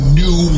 new